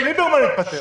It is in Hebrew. גם ליברמן התפטר.